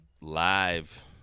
live